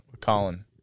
Colin